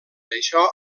això